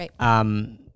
Right